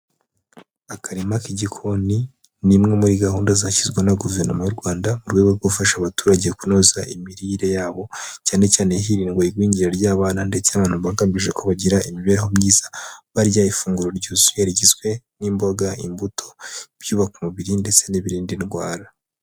Akarima k'igikoni ni imwe muri gahunda zashyizwe na Guverinoma y'u Rwanda, mu rwego rwo gufasha abaturage kunoza imirire yabo, cyane cyane hirindwa igwingira ry'abana, ndetse abantu bagamije ko bagira imibereho myiza, barya ifunguro ryuzuye rigizwe n'imboga, imbuto, ibyubaka umubiri, ndetse n'ibirinda indwara.